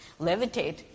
levitate